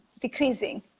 decreasing